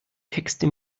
texte